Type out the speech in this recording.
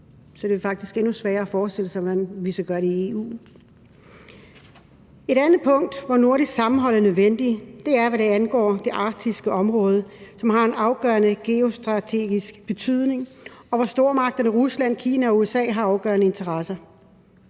er det faktisk endnu sværere at forestille sig, hvordan vi så gør det i EU. Et andet punkt, hvor nordisk sammenhold er nødvendigt, er, hvad angår det arktiske område, som har en afgørende geostrategisk betydning, og hvor stormagterne Rusland, Kina og USA har afgørende interesser.